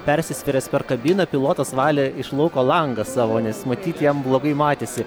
persisvėręs per kabiną pilotas valė iš lauko langą savo nes matyt jam blogai matėsi